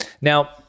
Now